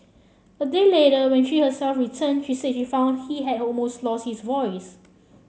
a day later when she herself returned she said she found he had almost lost his voice